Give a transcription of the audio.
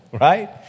right